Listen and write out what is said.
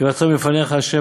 באר שחת,